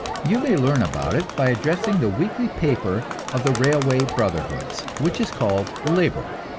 you may learn about it by addressing the weekly paper of the railway brotherhoods, which is called labor,